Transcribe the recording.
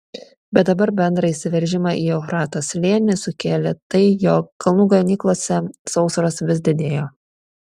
bet dabar bendrą įsiveržimą į eufrato slėnį sukėlė tai jog kalnų ganyklose sausros vis didėjo